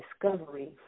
discovery